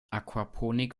aquaponik